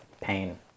pain